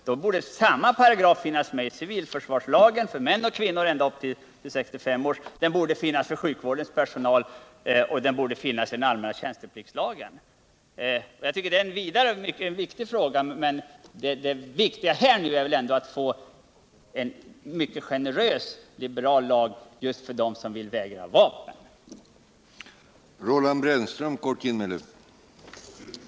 Motsvarande paragraf borde i så fall finnas i civilförsvarslagen och gälla för män och kvinnor upp till 65 år. En motsvarande paragraf borde finnas på sjukvårdspersonal och i den allmänna tjänstepliktslagen. Jag tycker att det är en vidare och viktig fråga, men det viktigaste nu är väl att få en mycket generös liberal lag just för dem som vill vägra att bära vapen.